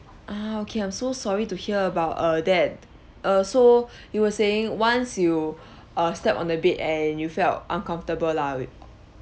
ah okay I'm so sorry to hear about err that err so you were saying once you err stepped on the bed and you felt uncomfortable lah with